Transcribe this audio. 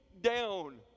down